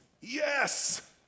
yes